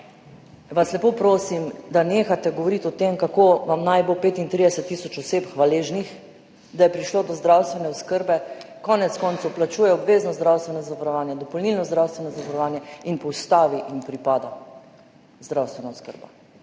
vas lepo prosim, da nehate govoriti o tem, kako vam naj bo 35 tisoč oseb hvaležnih, da so prišle do zdravstvene oskrbe. Konec koncev plačujejo obvezno zdravstveno zavarovanje, dopolnilno zdravstveno zavarovanje in po ustavi jim pripada zdravstvena oskrba.